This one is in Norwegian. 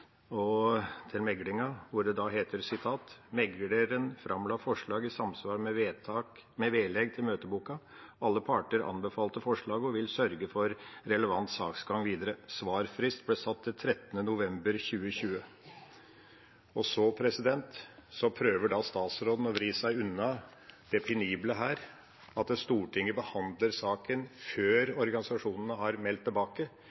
og til meglingen, hvor det heter: «Mekleren framla forslag i samsvar med vedlegg til møteboka. Alle parter anbefalte forslaget og vil sørge for relevant saksgang videre.» Svarfrist ble satt til 13. november 2020. Så prøver statsråden å vri seg unna det penible her – at Stortinget behandler saken før organisasjonene har meldt tilbake,